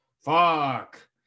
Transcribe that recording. fuck